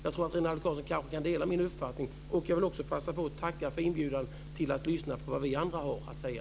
Jag tror att Rinaldo Karlsson kan dela min uppfattning här. Jag vill också passa på att tacka för att man ska lyssna på vad vi andra har att säga.